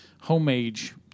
Homage